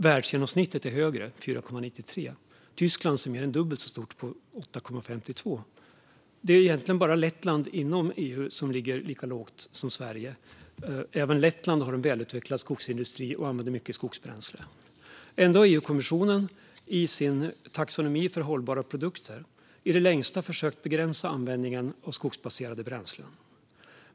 Världsgenomsnittet är högre, 4,93 ton. Tysklands är mer än dubbelt så stort, 8,52 ton. Inom EU är det egentligen bara Lettland som ligger lika lågt som Sverige. Även Lettland har en välutvecklad skogsindustri och använder mycket skogsbränsle. Ändå har EU-kommissionen i sin taxonomi för hållbara produkter i det längsta försökt begränsa användningen av skogsbaserade bränslen.